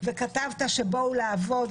וכתבת בואו לעבוד,